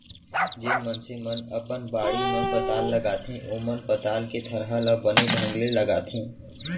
जेन मनसे मन अपन बाड़ी म पताल लगाथें ओमन पताल के थरहा ल बने ढंग ले लगाथें